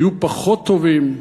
היו פחות טובים.